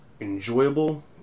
enjoyable